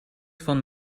van